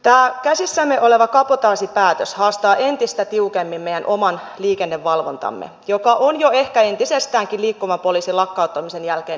tämä käsissämme oleva kabotaasipäätös haastaa entistä tiukemmin meidän oman liikennevalvontamme joka on jo ehkä entisestäänkin heikentynyt liikkuvan poliisin lakkauttamisen jälkeen